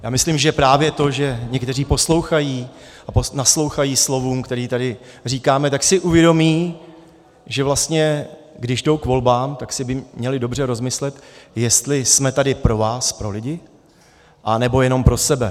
Já myslím, že právě to, že někteří poslouchají a naslouchají slovům, která tady říkáme, tak si uvědomí, že vlastně když jdou k volbám, tak by si měli dobře rozmyslet, jestli jsme tady pro vás, pro lidi, anebo jenom pro sebe.